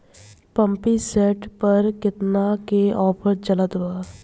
Pumping set पर केतना के ऑफर चलत बा?